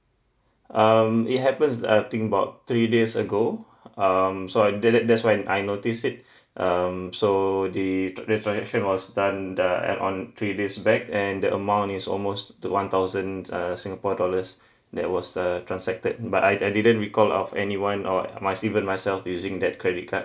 um it happens uh think about three days ago um so I that uh that's why um I notice it um so the the transaction was done uh at on three days back and the amount is almost to one thousand err singapore dollars that was uh transacted but I I didn't recall of anyone or myself even myself using that credit card